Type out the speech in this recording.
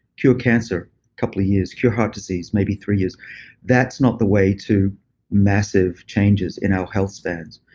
cure cancer couple of years. cure heart disease, maybe three years that's not the way to massive changes in our health spans.